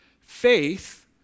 Faith